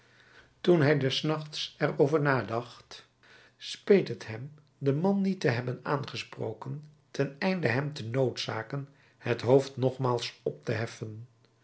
toen hij des nachts er over nadacht speet het hem den man niet te hebben aangesproken ten einde hem te noodzaken het hoofd nogmaals op te heffen